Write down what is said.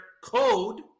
code